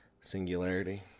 Singularity